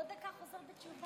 עוד דקה הוא חוזר בתשובה.